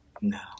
No